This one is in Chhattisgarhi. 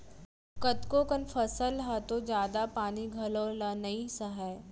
कतको कन फसल ह तो जादा पानी घलौ ल नइ सहय